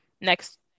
Next